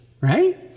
right